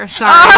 Sorry